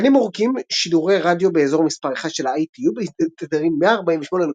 גלים ארוכים שידורי רדיו באזור מס' 1 של ה-ITU בתדרים 148.5